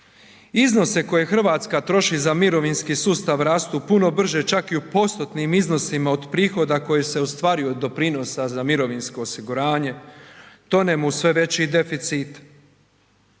iznose koje RH troši za mirovinski sustav rastu puno brže čak i u postotnim iznosima od prihoda koje se ostvaruju od doprinosa za mirovinsko osiguranje, tonemo u sve veći deficit,